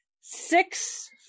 six